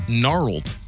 gnarled